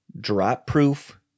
drop-proof